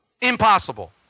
Impossible